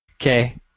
Okay